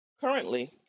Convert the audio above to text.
Currently